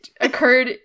occurred